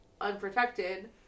unprotected